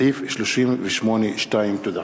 סעיף 38(2). תודה.